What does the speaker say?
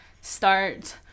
start